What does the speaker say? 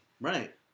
Right